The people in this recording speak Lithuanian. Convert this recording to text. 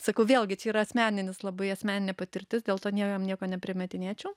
sakau vėlgi čia yra asmeninis labai asmeninė patirtis dėl to niekam nieko neprimetinėčiau